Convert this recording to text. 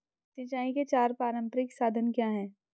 सिंचाई के चार पारंपरिक साधन क्या हैं?